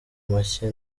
mashya